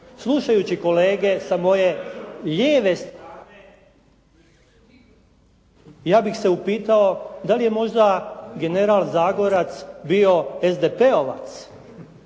Slušajući kolege sa moje lijeve strane, ja bih se upitao da li je možda general Zagorac bio SDP-ovac